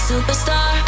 Superstar